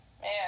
man